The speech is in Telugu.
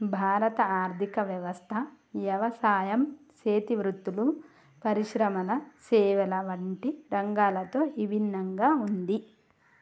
భారత ఆర్థిక వ్యవస్థ యవసాయం సేతి వృత్తులు, పరిశ్రమల సేవల వంటి రంగాలతో ఇభిన్నంగా ఉంది